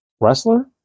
Wrestler